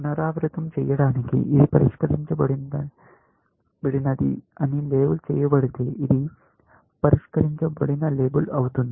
పునరావృతం చేయడానికి ఇది పరిష్కరించబడినది అని లేబుల్ చేయబడితే ఇది పరిష్కరించబడిన లేబుల్ అవుతుంది